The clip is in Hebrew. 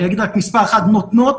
אגיד רק מס' אחד נותנות